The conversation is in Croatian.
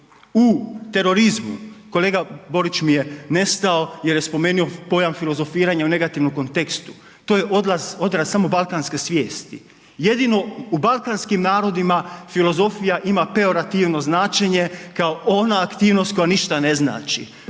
U terorizmu, kolega Borić mi je nestao jer je spomenio pojam filozofiranja u negativnom kontekstu, to je odraz samo balkanske svijesti. Jedino u balkanskim narodima filozofija ima peorativno značenje kao ona aktivnost koja ništa ne znači.